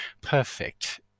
perfect